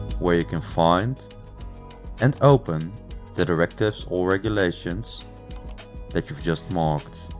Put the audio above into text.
where you can find and open the directives or regulations that you've just marked.